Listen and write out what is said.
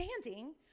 standing